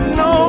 no